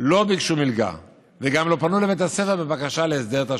לא ביקשו מלגה וגם לא פנו לבית הספר בבקשה להסדר תשלומים.